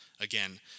Again